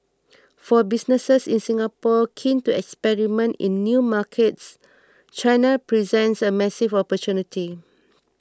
for businesses in Singapore keen to experiment in new markets China presents a massive opportunity